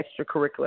extracurricular